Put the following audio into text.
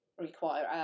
require